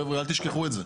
חבר'ה, אל תשכחו את זה.